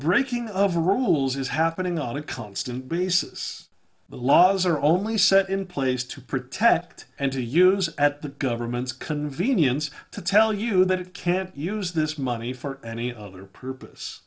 breaking of rules is happening on a constant basis the laws are only set in place to protect and to use at the government's convenience to tell you that it can't use this money for any other purpose